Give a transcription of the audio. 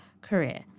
career